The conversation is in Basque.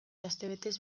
astebetez